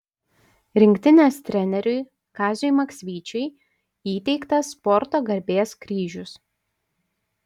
rinktinės treneriui kaziui maksvyčiui įteiktas sporto garbės kryžius